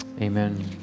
Amen